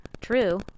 true